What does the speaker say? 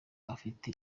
afite